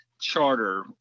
charter